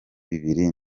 bibiri